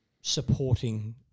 supporting